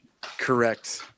correct